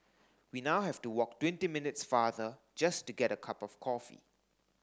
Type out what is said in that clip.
we now have to walk twenty minutes farther just to get a cup of coffee